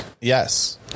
yes